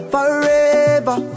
Forever